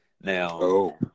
Now